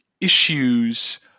issues